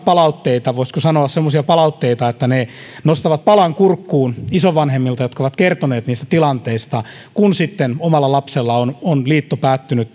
palautteita voisiko sanoa semmoisia palautteita että ne nostavat palan kurkkuun isovanhemmilta jotka ovat kertoneet niistä tilanteista kun sitten omalla lapsella on on liitto päättynyt